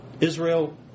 Israel